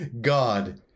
God